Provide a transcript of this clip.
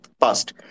past